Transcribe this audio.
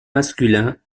masculins